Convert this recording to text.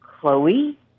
Chloe